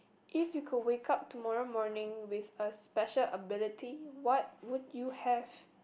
if you could wake up tomorrow morning with a special ability what would you have